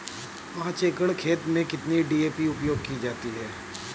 पाँच एकड़ खेत में कितनी डी.ए.पी उपयोग की जाती है?